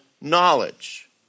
knowledge